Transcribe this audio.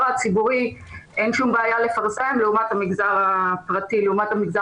הציבורי אין שום בעיה לפרסם לעומת המגזר העסקי.